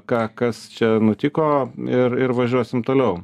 ką kas čia nutiko ir ir važiuosim toliau